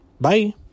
Bye